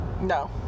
no